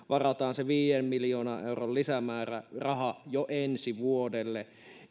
varataan se viiden miljoonan euron lisämääräraha jo ensi vuodelle